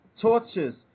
tortures